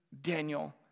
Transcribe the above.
Daniel